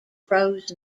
crows